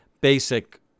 basic